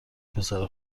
پسر